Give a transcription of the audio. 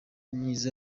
myiza